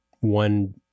one